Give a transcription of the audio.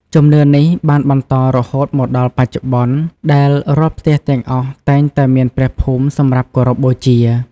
ជំនឿនេះបានបន្តរហូតមកដល់បច្ចុប្បន្ន ដែលរាល់ផ្ទះទាំងអស់តែងតែមានព្រះភូមិសម្រាប់គោរពបូជា។